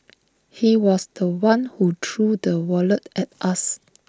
he was The One who threw the wallet at us